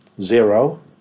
zero